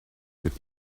with